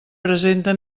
presenta